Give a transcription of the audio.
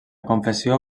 confessió